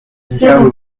zéro